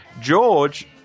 George